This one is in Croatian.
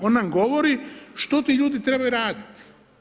On nam govori što ti ljudi trebaju radit.